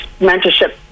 mentorship